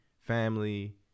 family